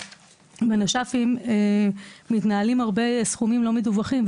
בנש"פים, מתנהלים הרבה סכומים לא מדווחים.